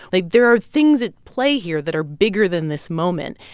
like, there are things at play here that are bigger than this moment.